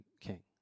king